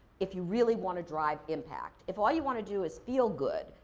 if you really wanna drive impact. if all you wanna do is feel good,